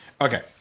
Okay